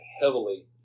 heavily